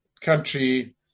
country